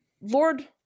Lord